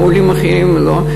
עולים אחרים לא.